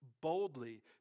boldly